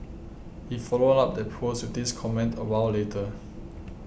he followed up that post with this comment a while later